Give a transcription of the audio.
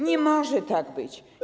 Nie może tak być.